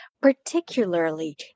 particularly